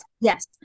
Yes